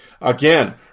Again